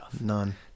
None